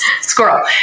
Squirrel